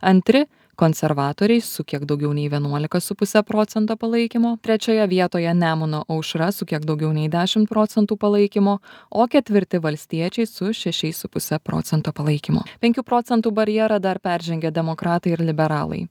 antri konservatoriai su kiek daugiau nei vienuolika su puse procento palaikymo trečioje vietoje nemuno aušra su kiek daugiau nei dešim procentų palaikymo o ketvirti valstiečiai su šešiais su puse procento palaikymo penkių procentų barjerą dar peržengė demokratai ir liberalai